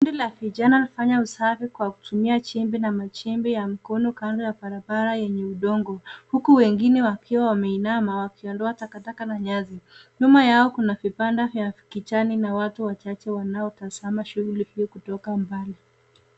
Kundi la vijana wanafanya usafi kwa kutumia jembe na majembe ya mkono kando ya barabara yenye udongo huku wengine wakiwa wameinama wakiondoa takataka na nyasi. Nyuma yao kuna kibanda cha kijani na watu wachache wanaotazama shughuli hii kutoka mbali.